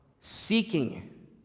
seeking